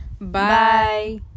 Bye